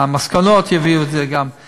המסקנות יביאו גם את זה.